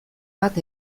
bat